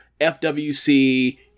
FWC